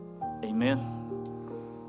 amen